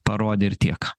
parodė ir tiek